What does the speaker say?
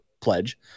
pledge